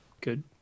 good